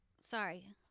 sorry